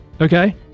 okay